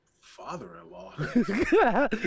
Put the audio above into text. father-in-law